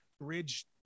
bridge